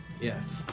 Yes